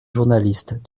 journalistes